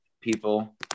people